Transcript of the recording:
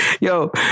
Yo